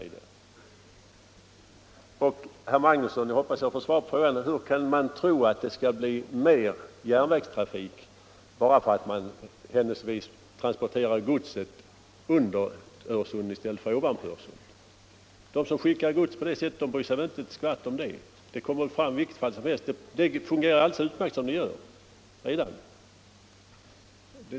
Jag hoppas, herr Magnusson i Kristinehamn, att jag får svar på frågan: Hur kan man tro att det skall bli mer järnvägstrafik bara för att man händelsevis transporterar godset under Öresund i stället för ovanpå? De som skickar gods med järnväg bryr sig väl inte ett skvatt om det. Godset kommer fram i vilket fall som helst. Det hela fungerar alldeles utmärkt redan som det gör.